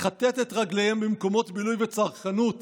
לכתת את רגליהם במקומות בילוי וצרכנות